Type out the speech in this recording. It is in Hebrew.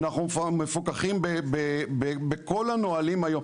אנחנו מפוקחים בכל הנהלים היום,